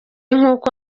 nk’uko